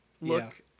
look